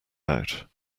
out